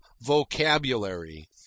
vocabulary